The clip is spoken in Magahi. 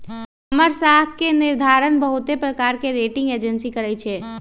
हमर साख के निर्धारण बहुते प्रकार के रेटिंग एजेंसी करइ छै